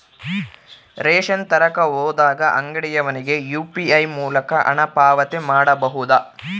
Ration ತರಕ ಹೋದಾಗ ಅಂಗಡಿಯವನಿಗೆ ಯು.ಪಿ.ಐ ಮೂಲಕ ಹಣ ಪಾವತಿ ಮಾಡಬಹುದಾ?